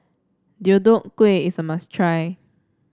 Deodeok Gui is a must try